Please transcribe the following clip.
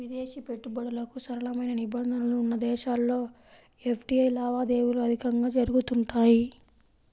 విదేశీ పెట్టుబడులకు సరళమైన నిబంధనలు ఉన్న దేశాల్లో ఎఫ్డీఐ లావాదేవీలు అధికంగా జరుగుతుంటాయి